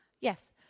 Yes